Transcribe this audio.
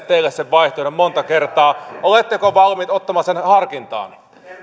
teille sen vaihtoehdon monta kertaa oletteko valmiit ottamaan sen harkintaan